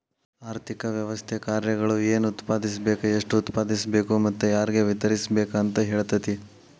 ಆರ್ಥಿಕ ವ್ಯವಸ್ಥೆ ಕಾರ್ಯಗಳು ಏನ್ ಉತ್ಪಾದಿಸ್ಬೇಕ್ ಎಷ್ಟು ಉತ್ಪಾದಿಸ್ಬೇಕು ಮತ್ತ ಯಾರ್ಗೆ ವಿತರಿಸ್ಬೇಕ್ ಅಂತ್ ಹೇಳ್ತತಿ